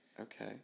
Okay